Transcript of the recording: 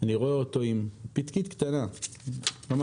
אני רואה אותו עם פתקית קטנה, חותם